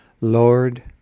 Lord